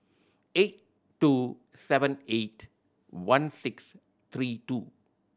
eight two seven eight one six three two